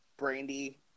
Brandy